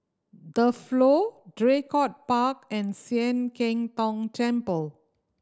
The Flow Draycott Park and Sian Keng Tong Temple